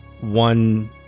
one